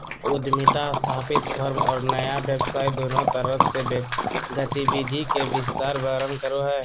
उद्यमिता स्थापित फर्म और नया व्यवसाय दुन्नु तरफ से गतिविधि के विस्तार वर्णन करो हइ